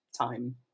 time